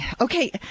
Okay